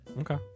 okay